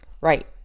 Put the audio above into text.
Right